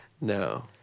No